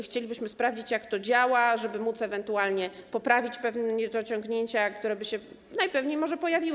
Chcielibyśmy sprawdzić, jak to działa, żeby móc ewentualnie poprawić pewne niedociągnięcia, które najpewniej by pojawiły.